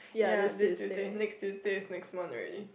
ya next Tuesday next Tuesday is next month already